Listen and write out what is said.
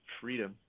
freedom